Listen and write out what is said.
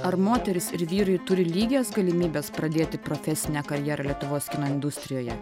ar moterys ir vyrai turi lygias galimybes pradėti profesinę karjerą lietuvos kino industrijoje